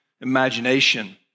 imagination